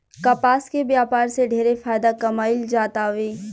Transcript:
कपास के व्यापार से ढेरे फायदा कमाईल जातावे